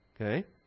Okay